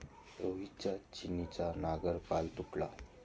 रोहितचा छिन्नीचा नांगर काल तुटला